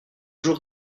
jour